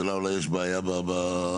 אולי יש בעיה בשכר.